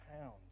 pounds